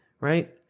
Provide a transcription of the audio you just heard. right